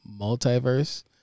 Multiverse